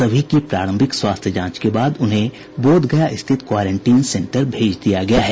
सभी की प्रारंभिक स्वास्थ्य जांच के बाद उन्हें बोधगया स्थित क्वारेंटीन सेन्टर भेज दिया गया है